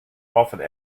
offered